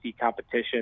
competition